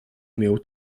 miał